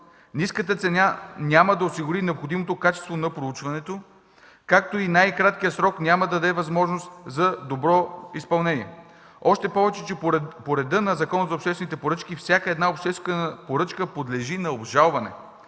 Ниската цена няма да осигури необходимото качество на проучването, както и най-краткият срок няма да даде възможност за добро изпълнение, още повече че по реда на Закона за обществените поръчки всяка обществена